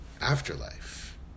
afterlife